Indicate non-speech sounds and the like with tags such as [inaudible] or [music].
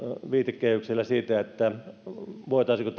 viitekehyksessä siitä voitaisiinko [unintelligible]